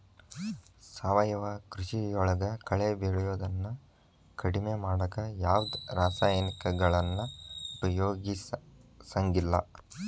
ಸಾವಯವ ಕೃಷಿಯೊಳಗ ಕಳೆ ಬೆಳಿಯೋದನ್ನ ಕಡಿಮಿ ಮಾಡಾಕ ಯಾವದ್ ರಾಸಾಯನಿಕಗಳನ್ನ ಉಪಯೋಗಸಂಗಿಲ್ಲ